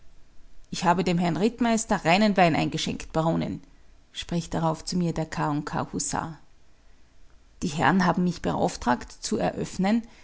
ich habe dem herrn rittmeister reinen wein eingeschenkt baronin spricht darauf zu mir der k k husar die herren haben mich damit beauftragt zu eröffnen